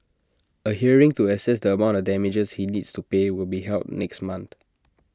A hearing to assess the amount of damages he needs to pay will be held next month